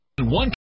One